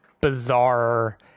bizarre